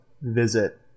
visit